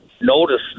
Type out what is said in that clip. notice